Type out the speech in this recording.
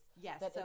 Yes